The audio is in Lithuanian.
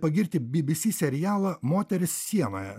pagirti bbc serialą moterys sienoje